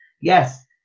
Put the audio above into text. yes